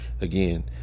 Again